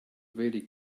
very